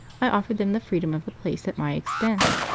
i offered them the freedom of the place at my expense.